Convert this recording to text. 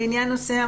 לעניין נוסע,